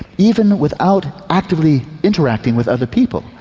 even without actively interacting with other people,